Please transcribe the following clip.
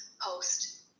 post